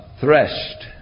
threshed